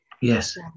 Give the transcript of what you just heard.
Yes